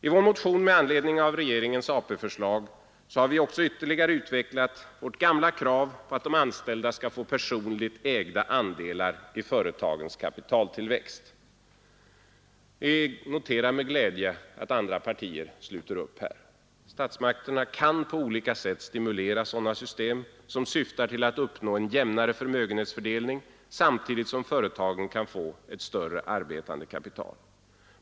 I vår motion med anledning av regeringens AP-förslag har vi ytterligare utvecklat vårt gamla krav på att de anställda skall få personligt ägda andelar i företagens kapitaltillväxt. Vi noterar med glädje att andra partier här sluter upp. Statsmakterna kan på olika sätt stimulera sådana system som syftar till att uppnå en jämnare förmögenhetsfördelning samtidigt som företagen kan få ett större arbetande kapital.